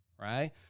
right